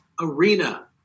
arena